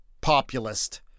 populist